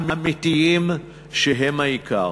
אמיתיים, שהם העיקר,